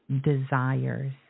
desires